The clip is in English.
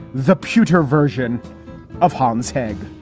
the puter version of hohns hegg.